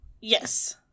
Yes